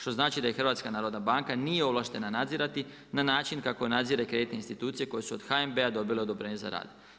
Što znači da i HNB nije ovlaštena nadzirati na način kako nadzire kreditne institucije koje su od HNB dobile odobrenje za rad.